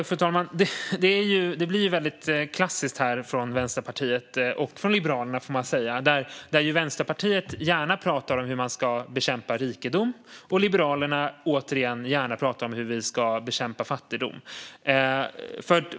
Fru talman! Det blir klassiskt från Vänsterpartiet och från Liberalerna. Vänsterpartiet pratar gärna om hur man ska bekämpa rikedom, och Liberalerna pratar gärna om att bekämpa fattigdom.